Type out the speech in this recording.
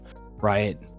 right